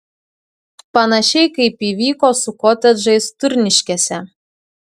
panašiai kaip įvyko su kotedžais turniškėse